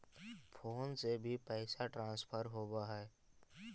Phone से भी पैसा ट्रांसफर होवहै?